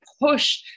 push